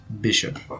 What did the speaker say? Bishop